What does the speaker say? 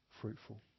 fruitful